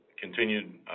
continued